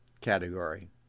category